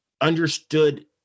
understood